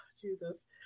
Jesus